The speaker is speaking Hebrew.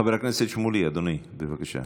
חבר הכנסת שמולי, אדוני, בבקשה.